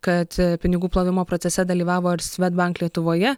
kad pinigų plovimo procese dalyvavo ir svedbank lietuvoje